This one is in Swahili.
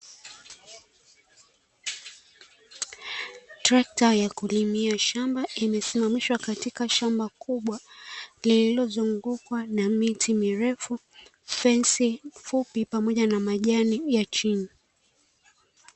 Trekta ya kulimia shamba imesimamishwa katika shamba kubwa lililozungukwa na miti mirefu, fensi fupi pamoja na majani ya chini.